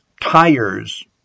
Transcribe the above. tires